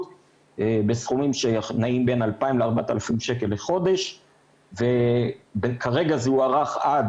בסכומים שנעים בין 2,000-4,000 שקל לחודש וכרגע זה הוארך עד